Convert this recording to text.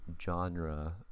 genre